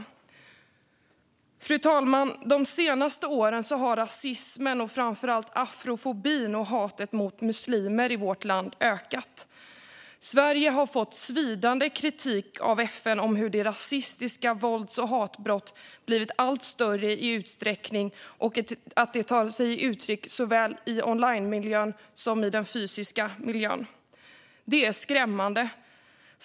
Fru talman! De senaste åren har rasismen och framför allt afrofobin och hatet mot muslimer i vårt land ökat. Sverige har fått svidande kritik från FN om hur de rasistiska vålds och hatbrotten ökar i utsträckning och tar sig uttryck såväl i onlinemiljön som i den fysiska miljön. Det är skrämmande.